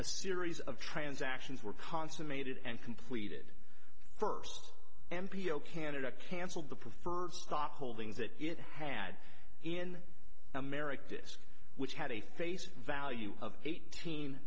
a series of transactions were consummated and completed first m p o canada cancelled the preferred stock holdings that it had in america disk which had a face value of eighteen